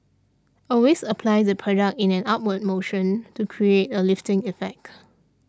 always apply the product in an upward motion to create a lifting effect